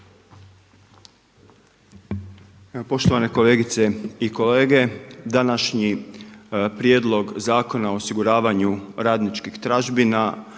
poštovane kolegice i kolege. Pred nama je Prijedlog zakona o osiguranju radničkih tražbina